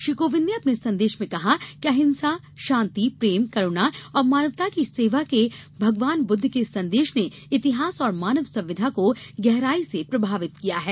श्री कोविंद ने अपने संदेश में कहा कि अहिंसा शांति प्रेम करूणा और मानवता की सेवा के भगवान बुद्व के संदेश ने इतिहास और मानव सभ्यता को गहराई से प्रभावित किया है